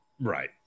Right